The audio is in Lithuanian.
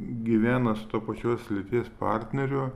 gyvena su to pačios lyties partneriu